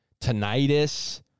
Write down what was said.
tinnitus